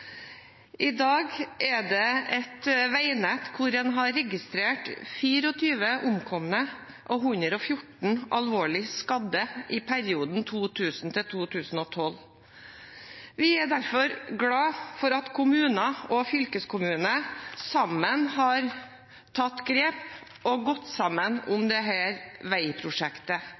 I dag er det et veinett hvor en har registrert 24 omkomne og 114 alvorlig skadde i perioden 2000–2012. Vi er derfor glad for at kommunene og fylkeskommunen sammen har tatt grep og gått sammen om dette veiprosjektet,